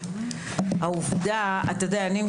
חבר הכנסת גלעד קריב,